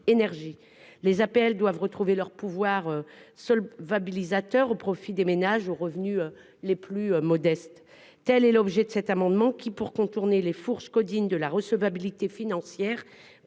Les APL doivent retrouver leur pouvoir solvabilisateur au profit des ménages aux revenus les plus modestes. Tel est l'objet de cet amendement, qui pour contourner les fourches caudines de la recevabilité financière